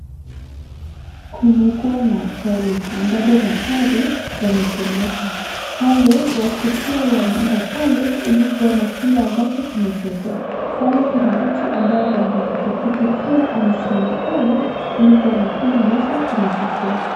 Kumekuwa na ajali, ambapo magari yamechomeka. Pale, watu pia wameenda pale ili kuona kile ambacho kimetokea. Pale, kuna mtu ambaye ako na pikipiki pia amesimama pale ili kuona kile ambacho kimetokea.